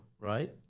right